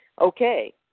okay